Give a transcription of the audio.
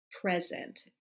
present